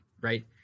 right